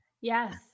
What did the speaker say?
Yes